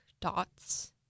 dots